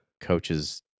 coaches